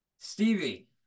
Stevie